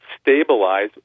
stabilize